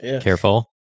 Careful